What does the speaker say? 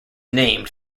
named